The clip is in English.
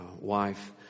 wife